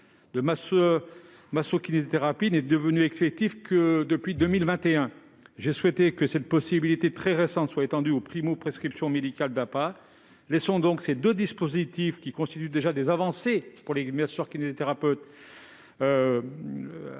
de masso-kinésithérapie n'est devenu effectif que depuis 2021. J'ai souhaité que cette possibilité très récente soit étendue aux primo-prescriptions médicales d'APA. Ces deux dispositifs constituent déjà des avancées majeures pour les masseurs-kinésithérapeutes.